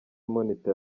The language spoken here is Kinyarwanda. monitor